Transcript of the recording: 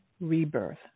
rebirth